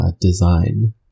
design